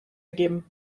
ergeben